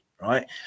right